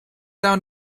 down